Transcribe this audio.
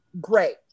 great